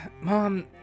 Mom